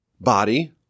body